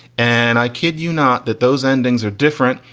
and i kid you not that those endings are different,